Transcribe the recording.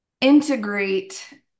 integrate